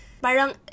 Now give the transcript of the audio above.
parang